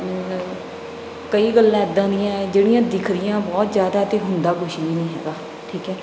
means ਕਈ ਗੱਲਾਂ ਇੱਦਾਂ ਦੀਆਂ ਜਿਹੜੀਆਂ ਦਿੱਖਦੀਆਂ ਬਹੁਤ ਜ਼ਿਆਦਾ ਅਤੇ ਹੁੰਦਾ ਕੁਝ ਵੀ ਨਹੀਂ ਹੈਗਾ ਠੀਕ ਹੈ